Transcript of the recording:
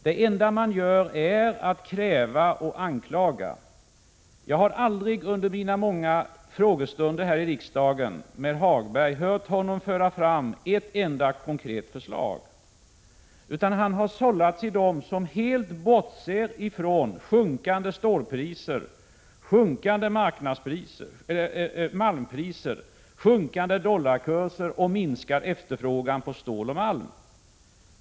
Det enda de gör är att kräva och anklaga. Jag har aldrig under mina många frågestunder här i riksdagen med Lars-Ove Hagberg hört honom föra fram ett enda konkret förslag. Han är en av dem som helt bortser från sjunkande stålpriser, sjunkande malmpriser, sjunkande dollarkurser och minskad efterfrågan på stål och malm.